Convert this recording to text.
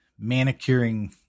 manicuring